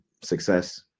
success